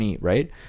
right